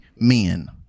men